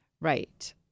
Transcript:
Right